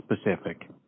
specific